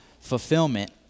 fulfillment